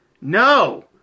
No